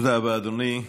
תודה רבה, אדוני.